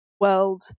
world